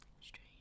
strange